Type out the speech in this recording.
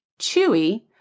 Chewy